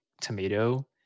tomato